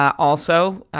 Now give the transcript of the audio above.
also,